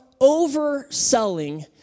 overselling